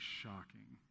shocking